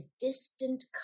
distant